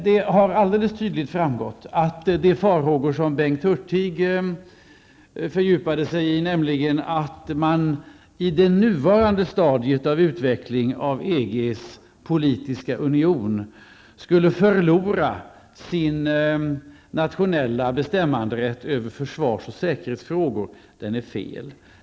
Det har alldeles tydligt framgått att de farhågor som Bengt Hurtig fördjupade sig i är ogrundade, nämligen att man i det nuvarande stadiet av utvecklingen av EGs politiska union skulle förlora sin nationella bestämmanderätt beträffande försvars och säkerhetsfrågor.